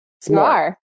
Smart